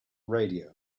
radio